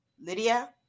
Lydia